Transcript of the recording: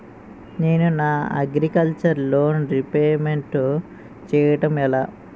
నేను నా agriculture loan repayment చేయడం ఎలా?